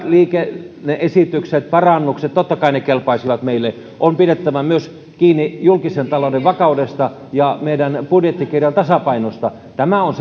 liikenne esitykset parannukset totta kai kelpaisivat meille on pidettävä myös kiinni julkisen talouden vakaudesta ja meidän budjettikirjan tasapainosta tämä on